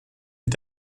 mit